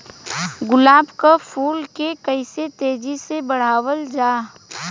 गुलाब क फूल के कइसे तेजी से बढ़ावल जा?